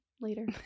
Later